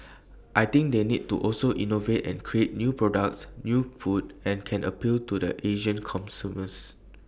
I think they need to also innovate and create new products new food and can appeal to the Asian consumers